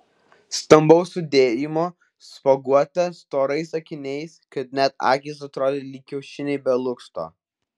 stambaus sudėjimo spuoguota storais akiniais kad net akys atrodė lyg kiaušiniai be lukšto